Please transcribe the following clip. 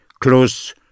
close